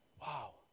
Wow